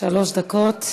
שלוש דקות.